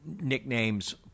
nicknames